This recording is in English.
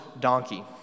donkey